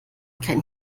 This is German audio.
keinen